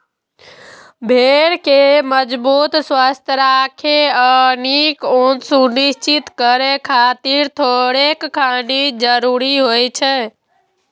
भेड़ कें मजबूत, स्वस्थ राखै आ नीक ऊन सुनिश्चित करै खातिर थोड़ेक खनिज जरूरी होइ छै